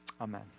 Amen